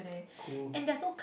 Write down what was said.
cool